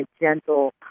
gentle